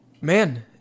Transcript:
man